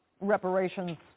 reparations